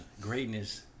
greatness